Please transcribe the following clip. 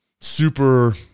super